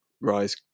rise